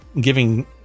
giving